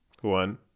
one